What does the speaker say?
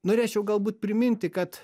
norėčiau galbūt priminti kad